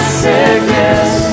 sickness